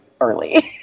early